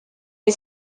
est